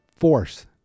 Force